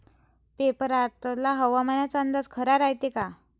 पेपरातला हवामान अंदाज खरा रायते का?